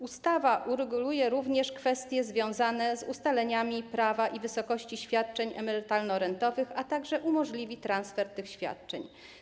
Ustawa ureguluje również kwestie związane z ustaleniami prawa i wysokości świadczeń emerytalno-rentowych, a także umożliwi transfer tych świadczeń.